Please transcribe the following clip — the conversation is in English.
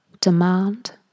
demand